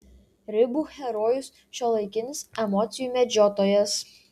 ribų herojus šiuolaikinis emocijų medžiotojas